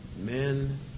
Men